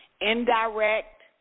indirect